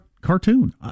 cartoon